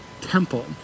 temple